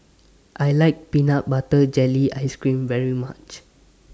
I like Peanut Butter Jelly Ice Cream very much